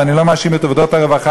ואני לא מאשים את עובדות הרווחה,